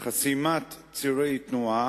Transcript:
חסימת צירי תנועה,